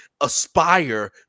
aspire